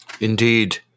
Indeed